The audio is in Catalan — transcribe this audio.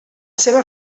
seva